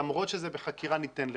למרות שזה בחקירה ניתן לך,